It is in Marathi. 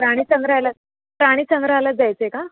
प्राणीसंग्रहालयात प्राणीसंग्रहालयात जायचं आहे का